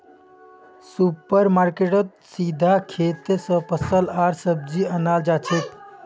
super मार्केटेत सीधा खेत स फल आर सब्जी अनाल जाछेक